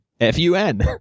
F-U-N